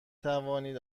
توانید